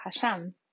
Hashem